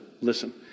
listen